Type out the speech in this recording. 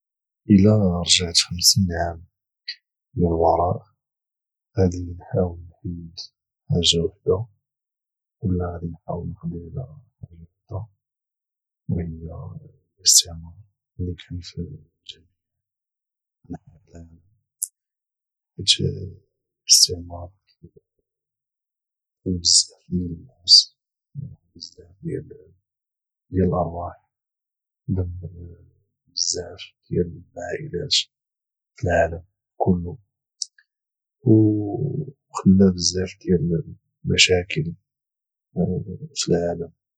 الا رجعت خمسين عام للوراء غادي نحاول نحيد حاجه واحده ولا غادي نحاول نقضي على حاجه واحده وهي الاستعمار اللي كان في جميع انحاء العالم حيت الاستعمار قتل بزاف ديال الناس وبزاف ديال الارواح ودمر بزاف ديال العائلات في العالم كله وخلى بزاف ديال المشاكل في العالم